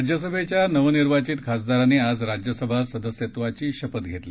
राज्यसभेच्या नवनिर्वाचित खासदारांनी आज राज्यसभा सदस्यत्वाची शपथ घेतली